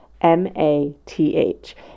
M-A-T-H